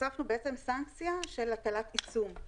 הוספנו סנקציה של הטלת עיצום,